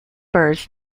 birds